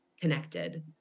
connected